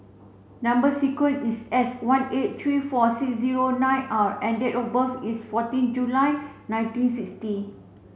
number sequence is S one eight three four six zero nine R and date of birth is fourteen July nineteen sixty